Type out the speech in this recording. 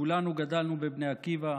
כולנו גדלנו בבני עקיבא,